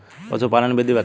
पशुपालन विधि बताई?